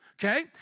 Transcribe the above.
Okay